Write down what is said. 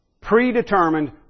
predetermined